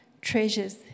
treasures